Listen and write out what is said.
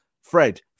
Fred